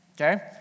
Okay